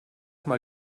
mal